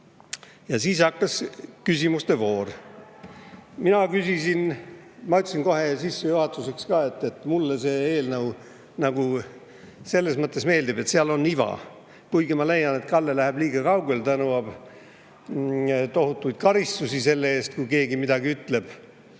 Ja siis hakkas küsimuste voor. Ma ütlesin kohe sissejuhatuseks ka, et mulle see eelnõu nagu selles mõttes meeldib, et seal on iva. Kuigi ma leian, et Kalle läheb liiga kaugele, kui nõuab tohutuid karistusi selle eest, kui keegi midagi ütleb.